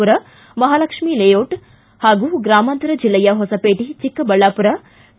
ಮರ ಮಹಾಲಕ್ಷ್ಮೀ ಲೇಔಟ್ ಹಾಗೂ ಗ್ರಾಮಾಂತರ ಜಿಲ್ಲೆಯ ಹೊಸಕೋಟೆ ಚಿಕ್ಕಬಳ್ಯಾಮರ ಕೆ